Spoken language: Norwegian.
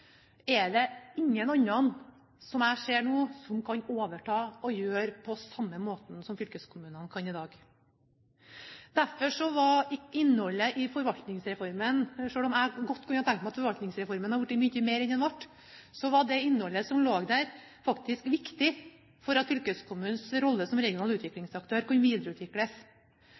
er det ingen andre, slik jeg ser det nå, som kan overta og gjøre på samme måten som fylkeskommunene kan i dag. Derfor var innholdet i Forvaltningsreformen – selv om jeg godt kunne ha tenkt meg at Forvaltningsreformen hadde blitt mye mer enn den ble – faktisk viktig for at fylkeskommunens rolle som regional utviklingsaktør kunne videreutvikles.